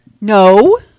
No